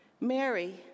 Mary